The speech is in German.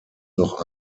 noch